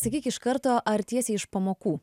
sakyk iš karto ar tiesiai iš pamokų